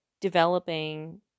developing